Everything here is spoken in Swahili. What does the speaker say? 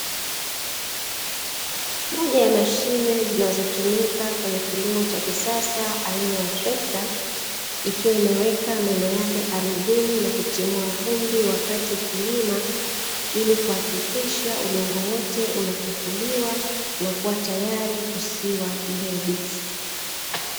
Moja ya mashine zinazotumika kwenye kilimo cha kisasa aina ya trekta, ikiwa imeweka meno yake ardhini nakutimua vumbi wakati ikilima, ili kuhakikisha udongo wote unatifuliwa nakuwa tayari kusiwa mbegu.